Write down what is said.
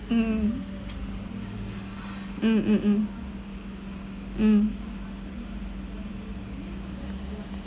mm mm mm mm mm